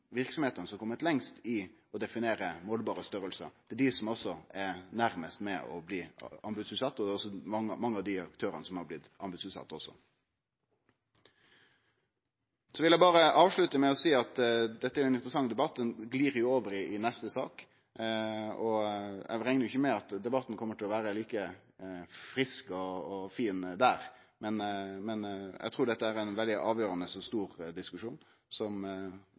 aktørane som har blitt anbodsutsette. Så vil eg berre avslutte med å seie at dette er ein interessant debatt. Han glir over i neste sak. Eg reknar ikkje med at debatten kjem til å vere like frisk og fin der, men eg trur dette er ein veldig avgjerande og stor diskusjon, som